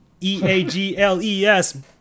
E-A-G-L-E-S